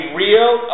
real